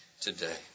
today